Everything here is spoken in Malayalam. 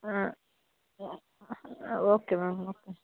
ആ ഓക്കേ മാം ഓക്കേ